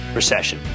recession